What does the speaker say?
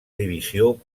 divisió